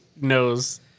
knows